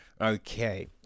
Okay